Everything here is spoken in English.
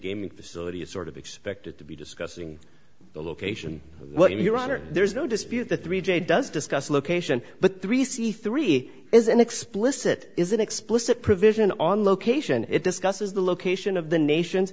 gaming facility is sort of expected to be discussing the location but your honor there's no dispute the three j does discuss location but three c three is an explicit isn't explicit provision on location it discusses the location of the nation